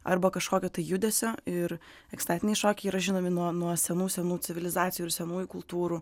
arba kažkokio tai judesio ir ekstatiniai šokai yra žinomi nuo nuo senų senų civilizacijų ir senųjų kultūrų